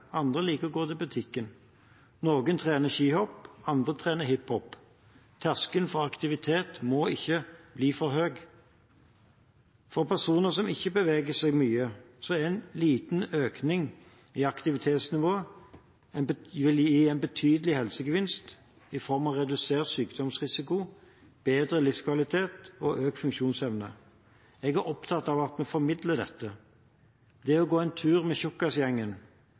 andre liker å gå til butikken. Noen trener skihopp, andre trener hip hop. Terskelen for aktivitet må ikke bli for høy. For personer som ikke beveger seg mye, vil selv en liten økning i aktivitetsnivået gi en betydelig helsegevinst i form av redusert sykdomsrisiko, bedre livskvalitet og økt funksjonsevne. Jeg er opptatt av at vi formidler dette. Det å gå en tur med